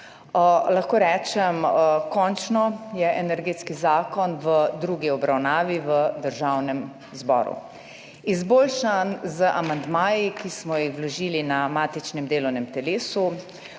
Lahko rečem, končno je energetski zakon v drugi obravnavi v Državnem zboru, izboljšan z amandmaji, ki smo jih vložili na matičnem delovnem teles,